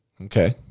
Okay